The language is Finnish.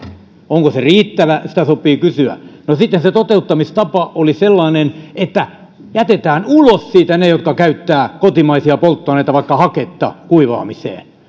onko se riittävä sitä sopii kysyä no sitten se toteuttamistapa oli sellainen että jätetään ulos siitä ne jotka käyttävät kotimaisia polttoaineita vaikka haketta kuivaamiseen